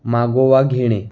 मागोवा घेणे